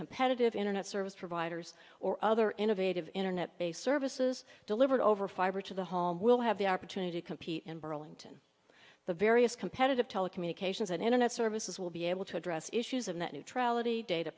competitive internet service providers or other innovative internet based services delivered over fiber to the home will have the opportunity to compete in burlington the various competitive telecommunications and internet services will be able to address issues of net neutrality data